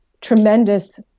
tremendous